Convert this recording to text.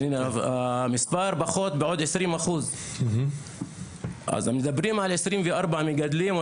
המספר פחות בעוד 20%. אז מדברים על 24 מגדלים,